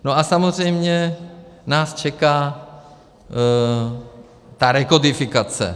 No a samozřejmě nás čeká rekodifikace.